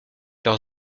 leurs